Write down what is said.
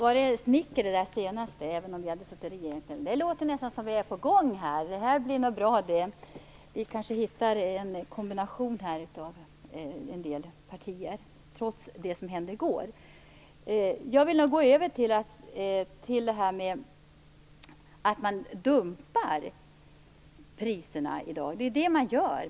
Fru talman! Var det där sista smicker? Det låter nästan som om vi är på gång! Det blir nog bra. Vi kanske hittar en bra kombination av partier, trots det som hände i går. Jag vill gå över till att tala om att man dumpar priserna i dag. Det är det man gör.